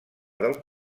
del